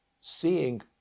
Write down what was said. seeing